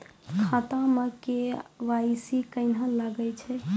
खाता मे के.वाई.सी कहिने लगय छै?